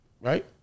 Right